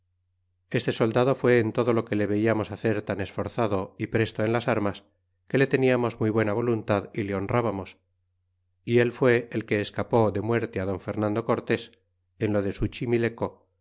este soldado fuá en todo lo que le veiamos hacer tan esforzado presto en las armas que le teníamos muy buena voluntad le honrábamos y él fué el que escapó de muerte don fernando cortés en lo de suchimileco